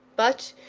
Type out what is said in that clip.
but,